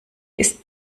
ist